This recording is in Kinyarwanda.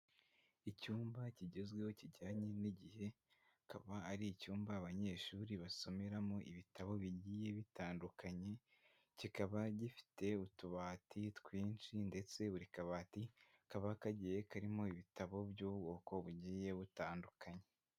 Icyumba kigezweho kijyanye n'igihe, akaba ari icyumba abanyeshuri basomeramo ibitabo bigiye bitandukanye, kikaba gifite utubati twinshi ndetse buri kabati kaba kagiye karimo ibitabo by'ubwoko bugiye butandukanye.